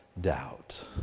doubt